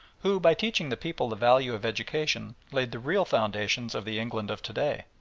who, by teaching the people the value of education, laid the real foundations of the england of to-day.